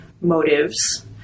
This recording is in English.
motives